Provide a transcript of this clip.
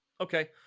Okay